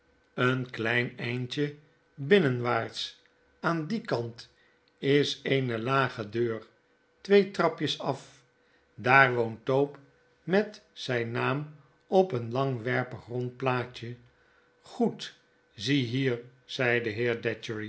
een klein eindje binnenwaarts aan dien kant is eene lage deur twee trapjes af daar woont tope met zp naam op een langwerpig rond plaatje goed zie hier zei de